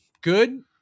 good